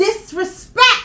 disrespect